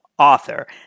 Author